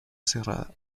cerrada